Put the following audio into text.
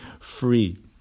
free